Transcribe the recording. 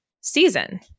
season